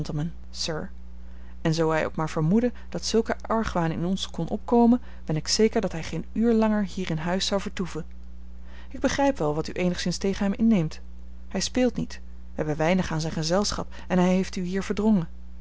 en zoo hij ook maar vermoedde dat zulke argwaan in ons kon opkomen ben ik zeker dat hij geen uur langer hier in huis zou vertoeven ik begrijp wel wat u eenigszins tegen hem inneemt hij speelt niet wij hebben weinig aan zijn gezelschap en hij heeft u hier verdrongen